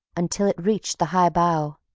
until it reached the high bough.